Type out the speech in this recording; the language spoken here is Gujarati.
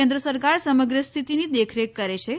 કેન્દ્ર સરકાર સમગ્ર સ્થિતીની દેખરેખ કરે છિ